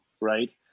Right